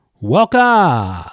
Welcome